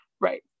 right